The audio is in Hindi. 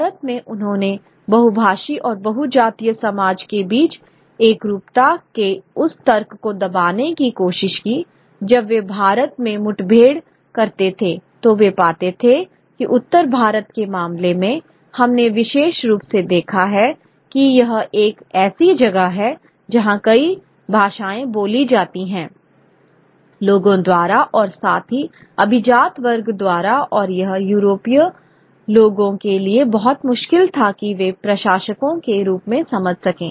भारत में उन्होंने बहुभाषी और बहु जातीय समाज के बीच एकरूपता के उस तर्क को दबाने की कोशिश की जब वे भारत में मुठभेड़ करते थे तो वे पाते थे कि उत्तर भारत के मामले में हमने विशेष रूप से देखा है कि यह एक ऐसी जगह है जहाँ कई भाषाएँ बोली जाती हैं लोगों द्वारा और साथ ही अभिजात वर्ग द्वारा और यह यूरोपीय लोगों के लिए बहुत मुश्किल था कि वे प्रशासकों के रूप में समझ सकें